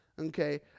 okay